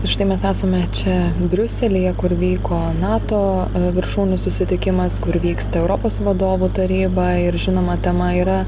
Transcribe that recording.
štai mes esame čia briuselyje kur vyko nato viršūnių susitikimas kur vyksta europos vadovų taryba ir žinoma tema yra